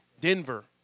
Denver